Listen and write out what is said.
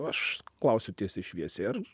aš klausiu tiesiai šviesiai ar